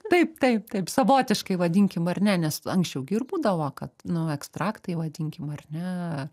taip taip taip savotiškai vadinkim ar ne nes anksčiau gi ir būdavo kad nu ekstraktai vadinkim ar ne